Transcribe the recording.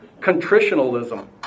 Contritionalism